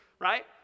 right